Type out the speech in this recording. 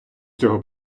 цього